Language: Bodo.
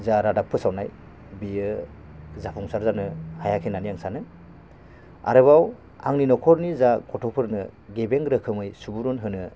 जा रादाब फोसावनाय बेयो जाफुंसार जानो हायाखै होननानै आं सानो आरोबाव आंनि नखरनि जा गथ'फोरनो गेबें रोखोमै सुबुरुन होनो